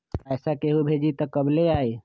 पैसा केहु भेजी त कब ले आई?